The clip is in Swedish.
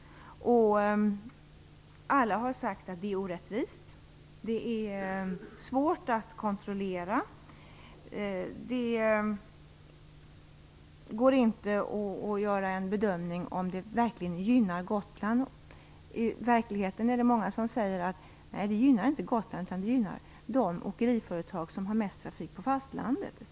Alla har sagt att det är orättvist. Det är svårt att kontrollera. Det går inte att göra en bedömning av om det verkligen gynnar Gotland. Det är många som säger att det i verkligheten inte gynnar Gotland utan de åkeriföretag som har mest trafik på fastlandet.